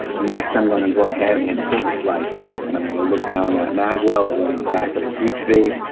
next, i'm gonna go ahead and pull the slide back and i'm gonna look down that mag well, along the back of the breechface,